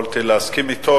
יכולתי להסכים אתו.